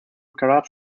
karate